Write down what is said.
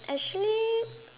actually